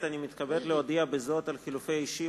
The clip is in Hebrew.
אני מתכבד להודיע בזאת על חילופי אישים